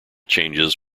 changes